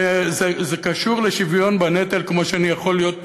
וזה קשור לשוויון בנטל כמו שאני יכול להיות